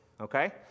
okay